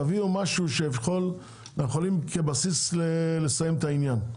תביאו משהו שכבסיס עליו נוכל לסיים את העניין,